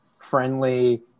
friendly